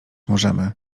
możemy